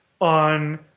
on